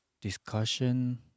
discussion